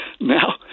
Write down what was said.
Now